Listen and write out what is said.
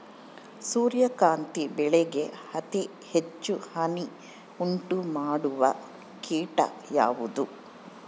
ಸೂರ್ಯಕಾಂತಿ ಬೆಳೆಗೆ ಅತೇ ಹೆಚ್ಚು ಹಾನಿ ಉಂಟು ಮಾಡುವ ಕೇಟ ಯಾವುದು?